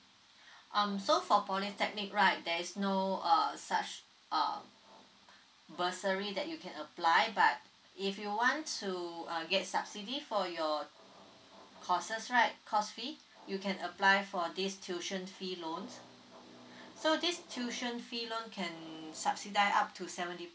um so for polytechnic right there is no uh such uh bursary that you can apply but if you want to uh get subsidy for your courses right course fee you can apply for this tuition fee loans so this tuition fee loan can subsidise up to seventy